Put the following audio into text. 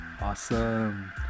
Awesome